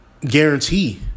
guarantee